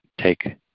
take